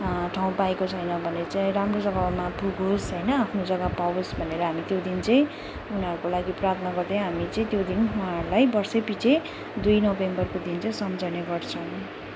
ठाउँ पाएको छैन भने चाहिँ राम्रो जग्गामा पुगोस होइन आफ्नो जग्गा पाओस् भनेर हामी त्यो दिन चाहिँ उनीहरूको लागि प्रार्थना गर्दै हामी चाहिँ त्यो दिन उहाँहरूलाई वर्षै पिछे दुई नोभेम्बरको दिन चाहिँ सम्झने गर्छौँ